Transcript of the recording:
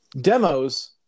Demos